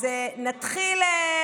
אז נתחיל.